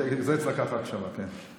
זה אצלה ככה הקשבה, כן.